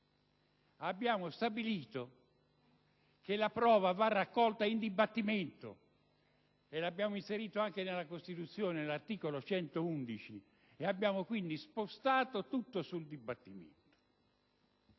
Abbiamo stabilito che la prova va raccolta in dibattimento e abbiamo inserito questa disposizione anche in Costituzione, all'articolo 111: abbiamo quindi spostato tutto sul dibattimento.